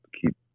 keep